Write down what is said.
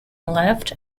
left